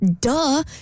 Duh